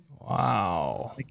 Wow